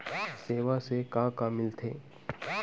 सेवा से का का मिलथे?